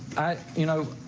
i you know,